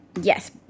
yes